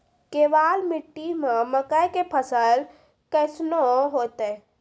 केवाल मिट्टी मे मकई के फ़सल कैसनौ होईतै?